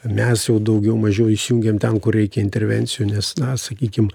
mes jau daugiau mažiau įsijungiam ten kur reikia intervencijų nes na sakykim